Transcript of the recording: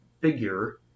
figure